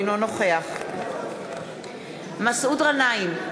אינו נוכח מסעוד גנאים,